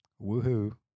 Woohoo